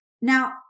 Now